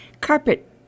Carpet